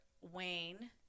wayne